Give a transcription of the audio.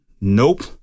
Nope